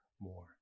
more